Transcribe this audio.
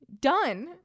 Done